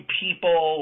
people